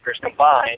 combined